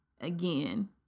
Again